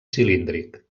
cilíndric